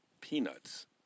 Peanuts